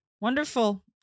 Wonderful